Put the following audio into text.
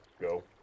go